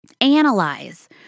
Analyze